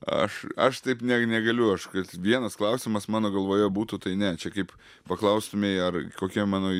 aš aš taip negi negaliu aš kad vienas klausimas mano galvoje būtų tai ne čia kaip paklaustumei ar kokia mano